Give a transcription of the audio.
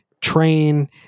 train